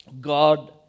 God